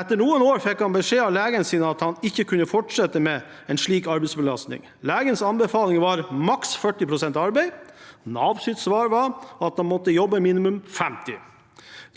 Etter noen år fikk han beskjed av legen sin om at han ikke kunne fortsette med en slik arbeidsbelastning. Legens anbefaling var maks 40 pst. arbeid. Navs svar var at han måtte jobbe minimum 50.